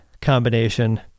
combination